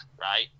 right